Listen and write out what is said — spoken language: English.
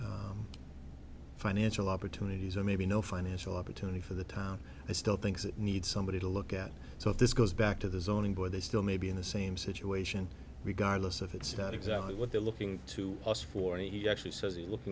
different financial opportunities or maybe no financial opportunity for the town is still thinks it needs somebody to look at so if this goes back to the zoning board they still may be in the same situation regardless of it's not exactly what they're looking to us for he actually says he's look